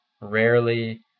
rarely